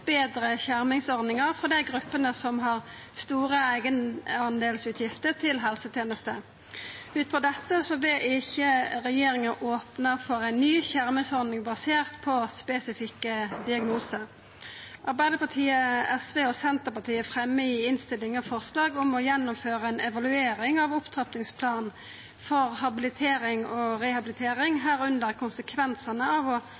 betre skjermingsordningar for dei gruppene som har store eigendelsutgifter til helsetenester. Ut frå dette vil ikkje regjeringa opna for ei ny skjermingsordning basert på spesifikke diagnosar. Arbeidarpartiet, SV og Senterpartiet fremjar i innstillinga forslag om å gjennomføra ei evaluering av opptrappingsplanen for habilitering og rehabilitering, under dette konsekvensane av å avvikla diagnoselista for fysioterapi. Så til forslaget om å